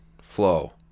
flow